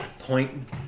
Point